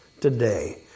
today